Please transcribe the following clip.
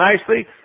nicely